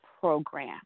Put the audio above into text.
program